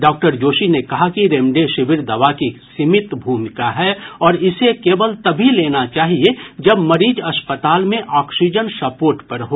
doctor Joshi ने कहा कि रेमडेसिविर दवा की सीमित भूमिका है और इसे केवल तभी लेना चाहिए जब मरीज अस्पताल में ऑक्सीजन सपोर्ट पर हो